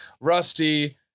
Rusty